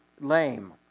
lame